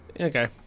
Okay